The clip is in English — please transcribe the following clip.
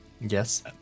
Yes